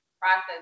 process